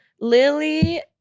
Lily